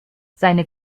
seine